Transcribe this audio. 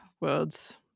words